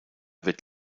wird